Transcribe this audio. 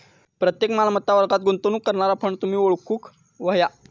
प्रत्येक मालमत्ता वर्गात गुंतवणूक करणारा फंड तुम्ही ओळखूक व्हया